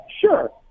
Sure